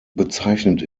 bezeichnend